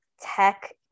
tech